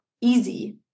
easy